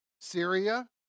Syria